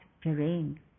terrain